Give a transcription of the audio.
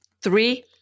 three